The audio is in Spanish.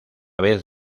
vez